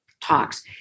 talks